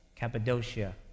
Cappadocia